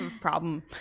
problem